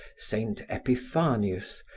saint epiphanius,